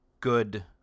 good